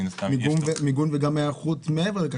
מן הסתם --- מיגון וגם היערכות מעבר לכך,